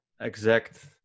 exact